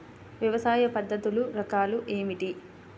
వ్యవసాయ పద్ధతులు రకాలు ఏమిటి?